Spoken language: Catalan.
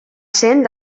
sent